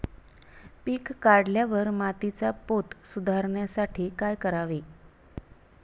पीक काढल्यावर मातीचा पोत सुधारण्यासाठी काय करावे?